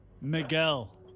Miguel